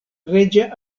reĝa